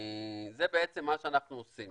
מה שאנחנו עושים.